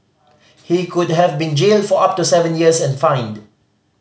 he could have been jailed for up to seven years and fined